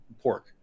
pork